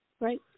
Right